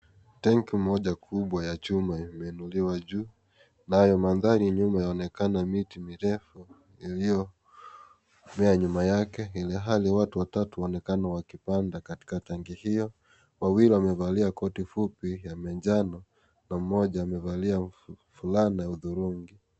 Tenki moja kubwa ya chuma imeinuliwa juu. Nayo mandhari nyuma yaonekana miti mirefu iliyomea nyuma yake, ilhali watu watatu wanaonekana wakipanda katika tanki hiyo. Wawili wamevalia koti fupi ya manjano na moja amevalia fulana ya hurungi.